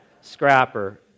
Scrapper